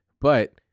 but-